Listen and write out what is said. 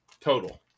Total